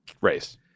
race